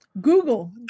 Google